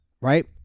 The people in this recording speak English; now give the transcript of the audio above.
right